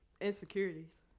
insecurities